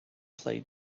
played